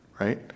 right